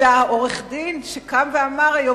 העורך-דין קם היום,